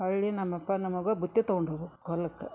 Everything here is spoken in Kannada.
ಹೊಳ್ಳಿ ನಮ್ಮ ಅಪ್ಪ ನಮ್ಮ ಅವ್ಗ ಬುತ್ತಿ ತಗೊಂಡು ಹೋಗ್ಬಕು ಹೊಲಕ್ಕ